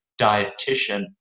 dietitian